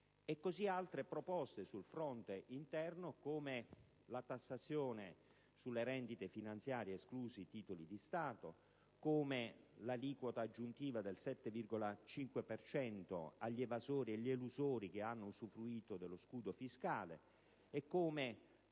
poi le proposte sul fronte interno, come la tassazione sulle rendite finanziarie (esclusi i titoli di Stato), l'aliquota aggiuntiva del 7,5 per cento agli evasori ed elusori che hanno usufruito dello scudo fiscale e tutte